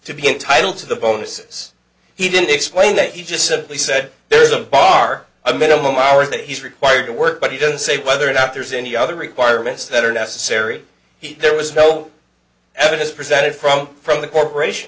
to be entitled to the bonuses he didn't explain that he just simply said there's a bar a minimum hours that he's required to work but he doesn't say whether or not there's any other requirements that are necessary there was no evidence presented from from the corporation